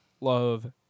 love